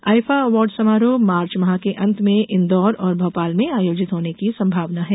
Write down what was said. IIFA award समारोह March माह के अंत में इंदौर और भोपाल में आयोजित होने की संभावना है